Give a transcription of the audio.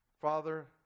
Father